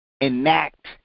enact